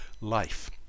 life